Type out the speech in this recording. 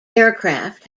aircraft